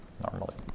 normally